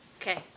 Okay